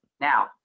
Now